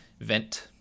vent